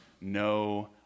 no